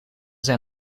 zijn